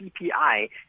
CPI